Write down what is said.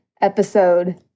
Episode